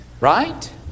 Right